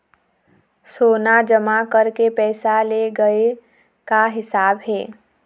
सोना जमा करके पैसा ले गए का हिसाब हे?